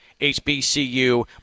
HBCU